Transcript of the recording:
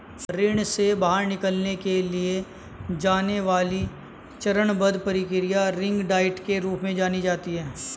ऋण से बाहर निकलने के लिए की जाने वाली चरणबद्ध प्रक्रिया रिंग डाइट के रूप में जानी जाती है